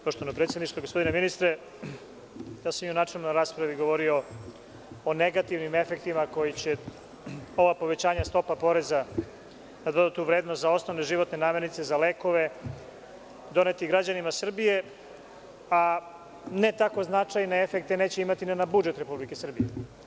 Poštovano predsedništvo, gospodine ministre, ja sam i u načelnoj raspravi govorio o negativnim efektima koji će ovo povećanja stope PDV za osnovne životne namirnice, za lekove, doneti građanima Srbije, a ne tako značajne efekte neće imati ni na budžet Republike Srbije.